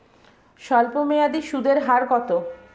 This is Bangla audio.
স্বল্পমেয়াদী সুদের হার কত?